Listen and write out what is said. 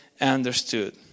understood